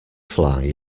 fly